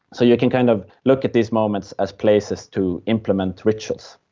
so you can kind of look at these moments as places to implement rituals.